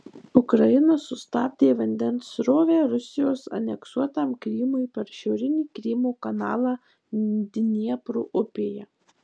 ukraina sustabdė vandens srovę rusijos aneksuotam krymui per šiaurinį krymo kanalą dniepro upėje